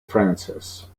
francis